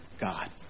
God